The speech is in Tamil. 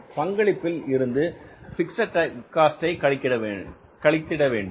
அந்த பங்களிப்பில் இருந்து பிக்ஸட் காஸ்ட் கழிக்கவேண்டும்